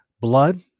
blood